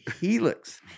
Helix